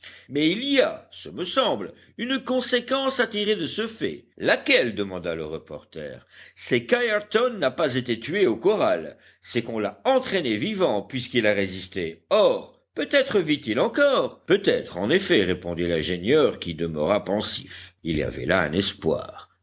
mais il y a ce me semble une conséquence à tirer de ce fait laquelle demanda le reporter c'est qu'ayrton n'a pas été tué au corral c'est qu'on l'a entraîné vivant puisqu'il a résisté or peut-être vit-il encore peut-être en effet répondit l'ingénieur qui demeura pensif il y avait là un espoir